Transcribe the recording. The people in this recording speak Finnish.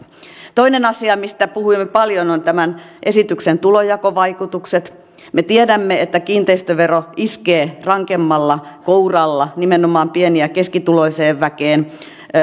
toinen asia mistä puhuimme paljon on tämän esityksen tulonjakovaikutukset me tiedämme että kiinteistövero iskee rankemmalla kouralla nimenomaan pieni ja keskituloiseen väkeen